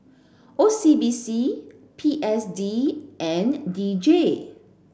O C B C P S D and D J